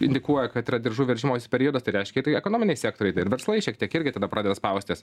indikuoja kad yra diržų veržimosi periodas tai reiškia ekonominiai sektoriai tai ir verslai šiek tiek irgi tada pradeda spaustis